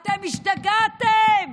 אתם השתגעתם?